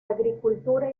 agricultura